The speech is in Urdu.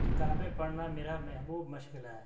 کتابیں پڑھنا میرا محبوب مشغلہ ہے